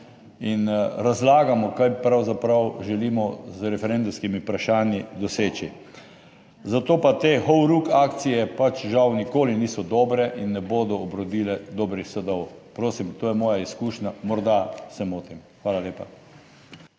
in razlagamo, kaj pravzaprav želimo z referendumskimi vprašanji doseči. Zato pa te horuk akcije pač žal nikoli niso dobre in ne bodo obrodile dobrih sadov. Prosim, to je moja izkušnja, morda se motim. Hvala lepa.